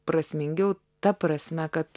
prasmingiau ta prasme kad